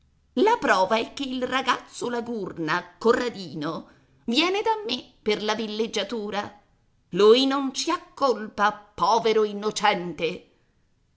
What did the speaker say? la prova è che il ragazzo la gurna corradino viene da me per la villeggiatura lui non ci ha colpa povero innocente